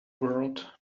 world